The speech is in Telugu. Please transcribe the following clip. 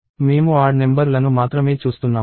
మేము ఆడ్ నెంబర్ లను మాత్రమే చూస్తున్నాము